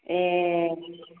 ए